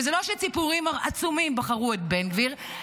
וזה לא שציבורים עצומים בחרו את בן גביר,